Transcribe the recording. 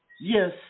yes